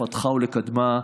לפתחה ולקדמה,